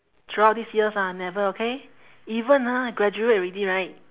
throughout these years ah never okay even ah graduate already right